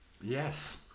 Yes